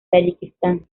tayikistán